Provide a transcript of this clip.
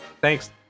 Thanks